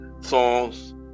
songs